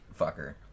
fucker